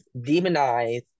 demonize